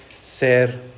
ser